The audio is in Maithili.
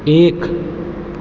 एक